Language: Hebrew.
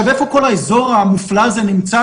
איפה כל האזור המופלא הזה נמצא?